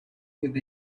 with